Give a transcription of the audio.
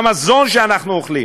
במזון שאנחנו אוכלים,